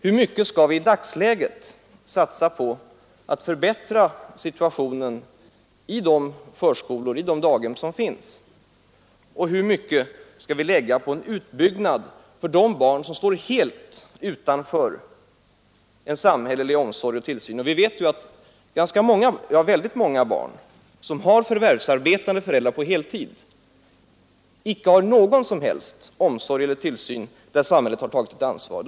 Hur mycket skall vi i dagsläget satsa på att förbättra situationen i de förskolor och daghem som finns, och hur mycket skall vi lägga på en utbyggnad för de barn som står helt utanför en samhällelig omsorg och tillsyn? Vi vet att väldigt många barn med heltidsarbetande föräldrar icke får någon som helst omsorg eller tillsyn som samhället har tagit ansvar för.